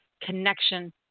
connection